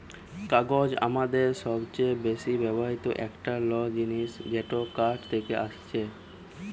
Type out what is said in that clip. কাগজ আমাদের সবচে বেশি ব্যবহৃত একটা ল জিনিস যেটা কাঠ থেকে আসছে